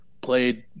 played